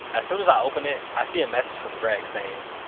as soon as i open it, i see a message from greg saying,